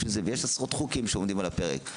ויש עשרות חוקים שעומדים על הפרק.